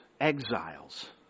exiles